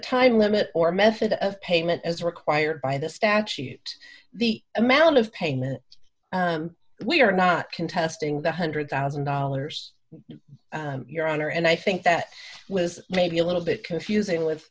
time limit or method of payment as required by the statute the amount of payment we are not contesting the one hundred thousand dollars your honor and i think that was maybe a little bit confusing with